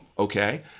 okay